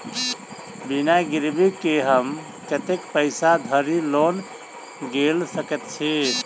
बिना गिरबी केँ हम कतेक पैसा धरि लोन गेल सकैत छी?